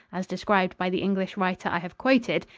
as described by the english writer i have quoted,